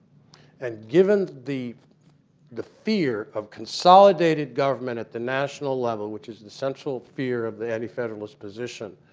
and given the the fear of consolidated government at the national level, which is the central fear of the anti-federalist position,